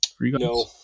No